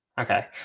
Okay